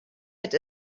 had